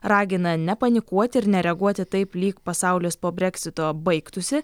ragina nepanikuoti ir nereaguoti taip lyg pasaulis po breksito baigtųsi